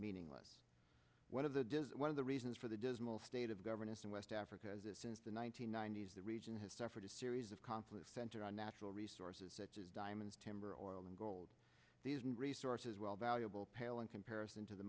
meaningless one of the does one of the reasons for the dismal state of governance in west africa as it since the one nine hundred ninety s the region has suffered a series of conflicts center on natural resources such as diamonds timber oil and gold these resources well valuable pale in comparison to the